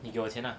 你给我钱啊